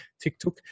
tiktok